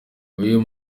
uyu